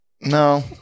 No